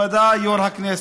מכובדי יו"ר הכנסת,